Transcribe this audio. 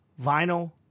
Vinyl